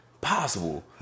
possible